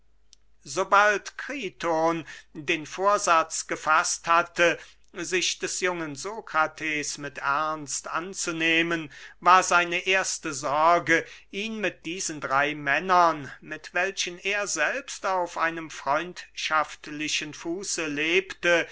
sobald kriton den vorsatz gefaßt hatte sich des jungen sokrates mit ernst anzunehmen war seine erste sorge ihn mit diesen drey männern mit welchen er selbst auf einem freundschaftlichen fuße lebte